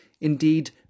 indeed